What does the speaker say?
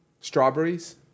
strawberries